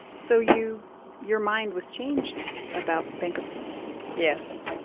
so you your mind was changed about bankruptcy yes,